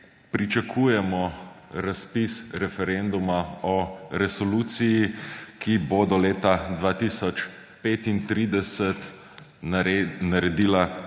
pričakujemo razpis referenduma o resoluciji, ki bo do leta 2035 naredila